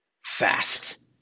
fast